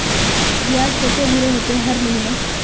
बियाज केते भरे होते हर महीना?